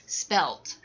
spelt